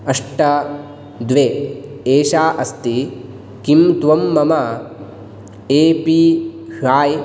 अष्ट द्वे एषा अस्ति किं त्वं मम ए पी वय्